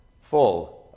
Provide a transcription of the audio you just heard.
full